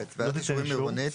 סעיף (ב): (ב)ועדת אישורים עירונית